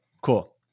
cool